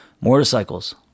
Motorcycles